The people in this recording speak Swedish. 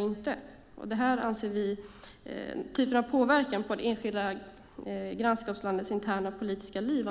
Vi anser att det kan vara känsligt med den typen av påverkan på det enskilda grannskapslandets interna politiska liv.